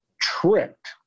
tricked